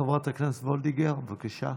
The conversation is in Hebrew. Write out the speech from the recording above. חברת הכנסת מיכל וולדיגר, בבקשה.